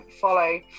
follow